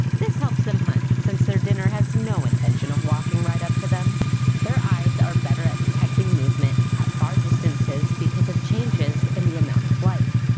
this helps them hunt, since their dinner has no intention of walking right up to them their eyes are better at detecting movement at far distances because of changes in the amount of light.